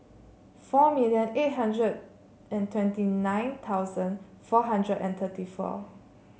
four million eight hundred and twenty nine thousand four hundred and thirty four